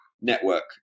network